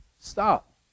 stop